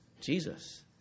Jesus